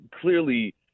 clearly